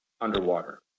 underwater